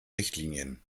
richtlinien